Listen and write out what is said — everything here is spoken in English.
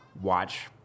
watch